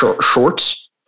Shorts